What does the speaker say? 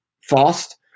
fast